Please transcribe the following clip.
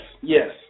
yes